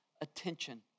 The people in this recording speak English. attention